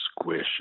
squish